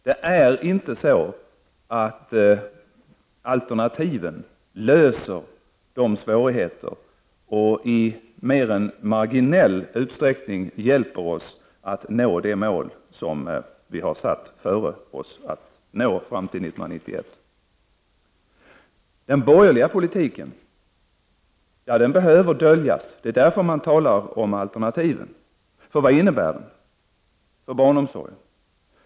Det är alltså inte så, att nämnda alternativ kan lösa problemen. Dessutom kan de bara hjälpa oss i marginell utsträckning att uppnå det mål som vi har satt oss före att ha förverkligat fram till 1991. Den borgerliga politiken behöver döljas. Det är därför som man talar om alternativ. Vad innebär den då för barnomsorgen?